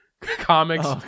comics